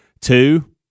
Two